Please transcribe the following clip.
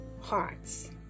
hearts